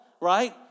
right